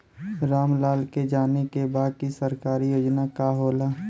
राम लाल के जाने के बा की सरकारी योजना का होला?